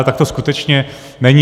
Tak to skutečně není.